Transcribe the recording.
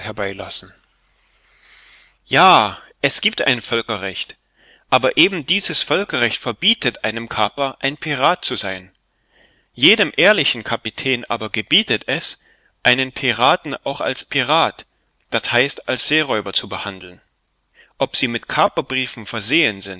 herbeilassen ja es gibt ein völkerrecht aber eben dieses völkerrecht verbietet einem kaper ein pirat zu sein jedem ehrlichen kapitän aber gebietet es einen piraten auch als pirat das heißt als seeräuber zu behandeln ob sie mit kaperbriefen versehen